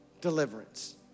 deliverance